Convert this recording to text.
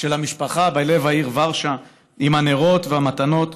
של המשפחה בלב העיר ורשה עם הנרות והמתנות,